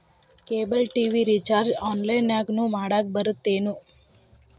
cable TV recharge ಆನ್ಲೈನ್ನ್ಯಾಗು ಮಾಡಕ ಬರತ್ತೇನು